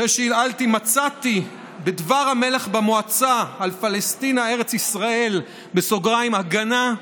אחרי שעלעלתי מצאתי בדבר המלך במועצה על פלשתינה (א"י) (הגנה)